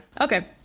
Okay